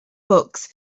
books